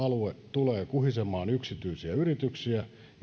tulee kuhisemaan yksityisiä yrityksiä